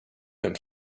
and